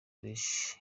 collège